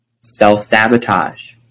self-sabotage